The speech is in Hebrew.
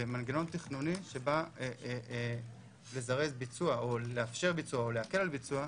זה מנגנון תכנוני שבא לזרז ביצוע או לאפשר ביצוע או להקל על ביצוע,